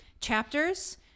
chapters